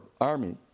army